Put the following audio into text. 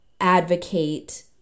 advocate